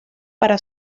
para